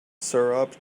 syrup